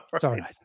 Sorry